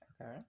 okay